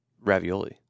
ravioli